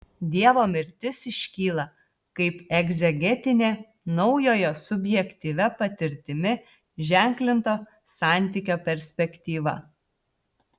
dievo mirtis iškyla kaip egzegetinė naujojo subjektyvia patirtimi ženklinto santykio perspektyva